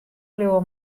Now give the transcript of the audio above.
bliuwe